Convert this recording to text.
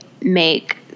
make